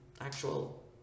actual